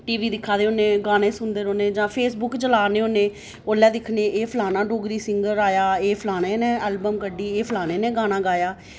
T V दिक्खा दे होन्ने गाने सुनदे रौह्न्ने जां फेसबुक चला दे होन्ने ओल्लै दिक्खने होन्ने एह् फलाने ने एल्बम कड्ढी एह् सिंगर आया फलाने ने गाना गाया